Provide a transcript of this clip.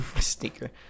sneaker